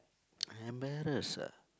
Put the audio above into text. embarrass ah